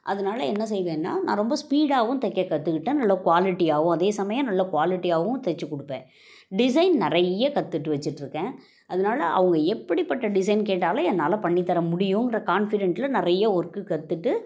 அதனால் என்ன செய்வேன்னா நான் ரொம்ப ஸ்பீடாகவும் தைக்க கத்துக்கிட்டேன் நல்லா க்வாலிட்டியாகவும் அதே சமயம் நல்ல க்வாலிட்டியாகவும் தைச்சிக் கொடுப்பேன் டிசைன் நிறைய கத்துகிட்டு வச்சிட்ருக்கேன் அதனால் அவங்க எப்படிப்பட்ட டிசைன் கேட்டாலும் என்னால் பண்ணித்தர முடியுன்ற கான்ஃபிடென்ட்டில் நிறைய ஒர்க்கு கத்துகிட்டு